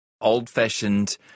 Old-fashioned